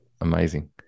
amazing